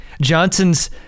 Johnson's